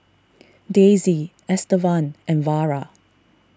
Daisie Estevan and Vara